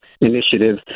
initiative